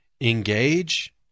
engage